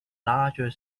larger